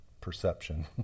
perception